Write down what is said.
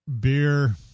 Beer